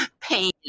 pain